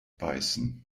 beißen